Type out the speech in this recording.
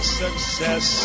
success